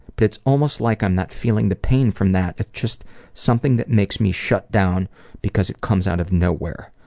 but it's almost like i'm not feeling the pain from that. it's just something that makes me shut down because it comes out of nowhere.